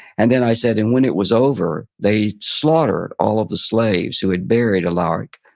and then i said, and when it was over, they slaughtered all of the slaves who had buried alaric,